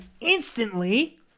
instantly